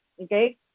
Okay